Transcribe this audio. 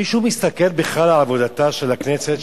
מישהו מסתכל בכלל על עבודתה של הכנסת,